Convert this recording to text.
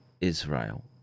Israel